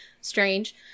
Strange